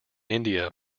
india